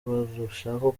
burushaho